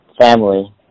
family